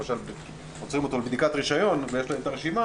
למשל עוצרים אותו לבדיקת רישיון ויש להם את הרשימה